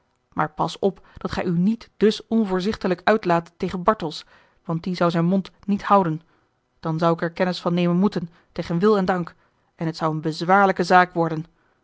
maar pas op dat gij u niet dus onvoorzichtiglijk uitlaat tegen bartels want die zou zijn mond niet houden dan zou ik er kennis van nemen moeten tegen wil en dank en het zou eene bezwaarlijke zaak worden